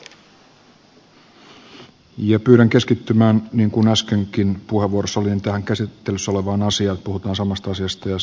pyydän keskittymään niin kuin äskenkin puheenvuorossa tähän käsittelyssä olevaan asiaan että puhutaan samasta asiasta